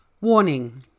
Warning